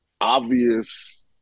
obvious